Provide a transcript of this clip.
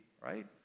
right